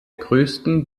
größten